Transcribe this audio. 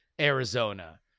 Arizona